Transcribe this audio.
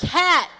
cat